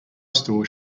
store